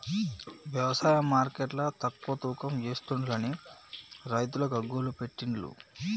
వ్యవసాయ మార్కెట్ల తక్కువ తూకం ఎస్తుంలని రైతులు గగ్గోలు పెట్టిన్లు